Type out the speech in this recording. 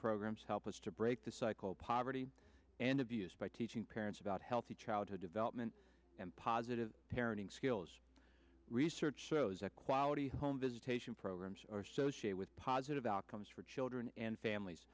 programs help us to break the cycle of poverty and abuse by teaching parents about healthy childhood development and positive parenting skills research shows that quality home visitation programs are associated with positive outcomes for children and families